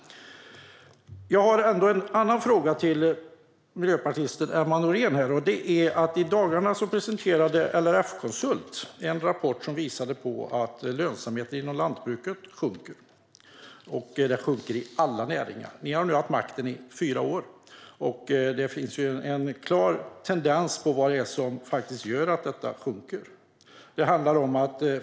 Jag har även en annan fråga till miljöpartisten Emma Nohrén. I dagarna presenterade LRF Konsult en rapport som visade att lönsamheten inom lantbruket sjunker. Den sjunker i alla näringar. Ni har nu haft makten i fyra år. Det finns en klar tendens som har lett till att lönsamheten sjunker.